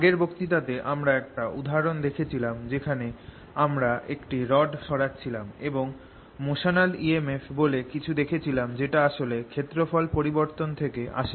আগের বক্তৃতাতে আমরা একটা উদাহরন দেখেছিলাম যেখানে আমরা একটি রড সরাচ্ছিলাম এবং motional emf বলে কিছু দেখেছিলাম যেটা আসলে ক্ষেত্রফল পরিবর্তন থেকে আসে